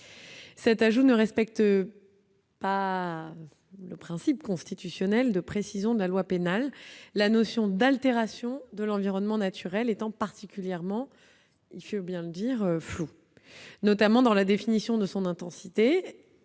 Cet ajout ne respecte toutefois pas le principe constitutionnel de précision de la loi pénale, la notion d'altération de l'environnement naturel étant particulièrement floue, notamment dans la définition de son intensité.